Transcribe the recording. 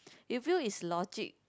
you feel is logic